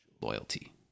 loyalty